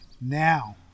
now